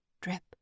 drip